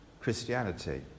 Christianity